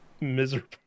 Miserable